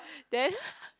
then